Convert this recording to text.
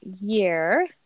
year